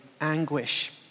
anguish